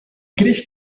creix